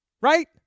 right